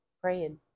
praying